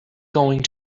going